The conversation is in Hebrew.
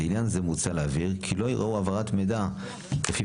לעניין זה מוצע להבהיר כי לא העברת מידע לפי